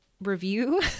review